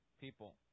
people